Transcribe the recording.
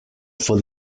for